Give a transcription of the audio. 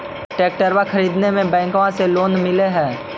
ट्रैक्टरबा खरीदे मे बैंकबा से लोंबा मिल है?